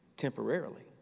Temporarily